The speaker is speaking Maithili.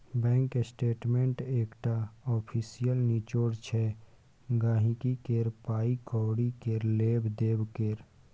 बैंक स्टेटमेंट एकटा आफिसियल निचोड़ छै गांहिकी केर पाइ कौड़ी केर लेब देब केर